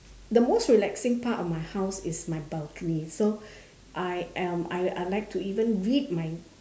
the most relaxing part of my house is my balcony so I am I I like to even read my